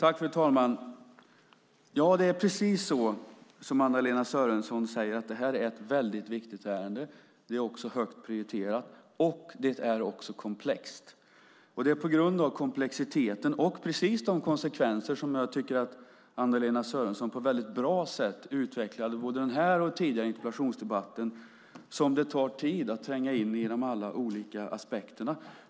Fru talman! Ja, det är precis så som Anna-Lena Sörenson säger, att det här är ett väldigt viktigt ärende. Det är högt prioriterat och det är också komplext. Det är på grund av komplexiteten och precis de konsekvenser som jag tycker att Anna-Lena Sörenson på ett bra sätt utvecklade både i den här och i den tidigare interpellationsdebatten som det tar tid att tränga in i alla de olika aspekterna.